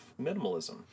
minimalism